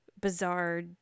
bizarre